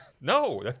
No